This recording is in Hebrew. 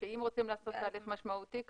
אם רוצים לעשות הליך משמעותי,